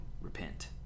repent